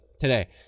today